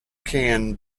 can